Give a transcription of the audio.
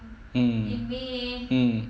mm mm